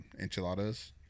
enchiladas